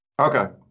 Okay